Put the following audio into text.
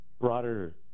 broader